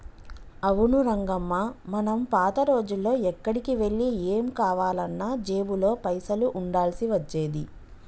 అవును రంగమ్మ మనం పాత రోజుల్లో ఎక్కడికి వెళ్లి ఏం కావాలన్నా జేబులో పైసలు ఉండాల్సి వచ్చేది